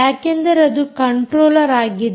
ಯಾಕೆಂದರೆ ಅದು ಕಂಟ್ರೋಲ್ಲರ್ ಆಗಿದೆ